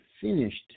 finished